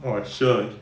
!wah! sure